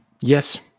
Yes